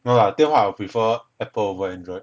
no lah 电话 I would prefer apple over andriod